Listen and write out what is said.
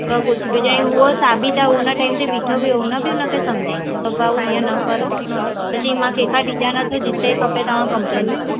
त कुझु बि चईं उहो साबित आहे हुन टाइम ते बीठो हुओ हुन बि हुनखे समुझायई त भाऊ इअं न करो त चयई मां कंहिं खां डिॼा न थो जिते खपे तव्हां कम्पलेन कयो